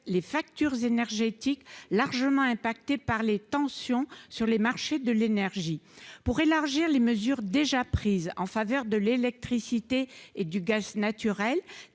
de factures énergétiques largement affectées par les tensions que connaissent les marchés de l'énergie. Afin d'élargir les mesures déjà prises en faveur de l'électricité et du gaz naturel,